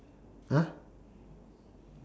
!huh!